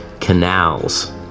canals